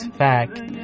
fact